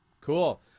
Cool